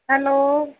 hello